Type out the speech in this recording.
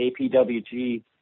APWG